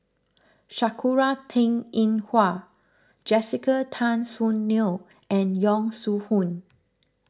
Sakura Teng Ying Hua Jessica Tan Soon Neo and Yong Shu Hoong